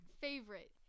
favorite